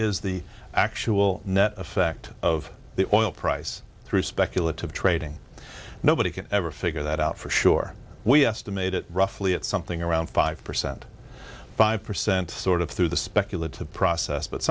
is the actual net effect of the oil price through speculative trading nobody can ever figure that out for sure we estimate it roughly at something around five percent five percent sort of through the speculative process but